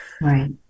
Right